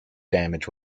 damage